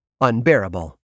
unbearable